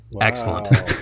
excellent